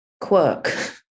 quirk